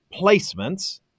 placements